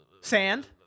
Sand